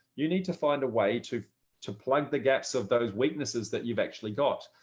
you need to find a way to to plug the gaps of those weaknesses that you've actually got.